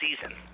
season